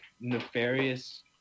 nefarious